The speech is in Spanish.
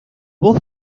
voz